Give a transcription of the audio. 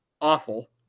awful